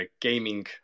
gaming